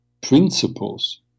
principles